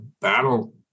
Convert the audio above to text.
battle